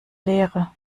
leere